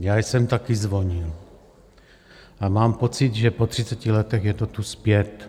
Já jsem taky zvonil a mám pocit, že po třiceti letech je to tu zpět.